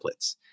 templates